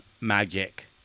magic